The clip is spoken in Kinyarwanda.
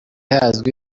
hazwi